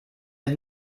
ist